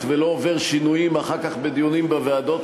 ולא עובר שינויים אחר כך בדיונים בוועדה,